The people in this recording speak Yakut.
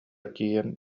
тиийэн